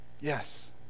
Yes